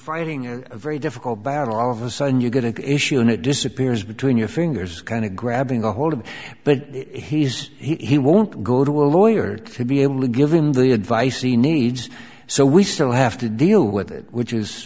fighting a very difficult battle all of a sudden you get an issue and it disappears between your fingers kind of grabbing ahold of but it he says he won't go to a lawyer to be able to give him the advice he needs so we still have to deal with it which is